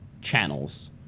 channels